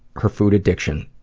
her food addiction.